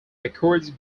records